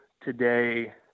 today